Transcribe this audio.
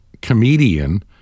comedian